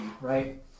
right